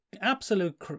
absolute